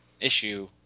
issue